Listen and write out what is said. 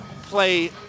play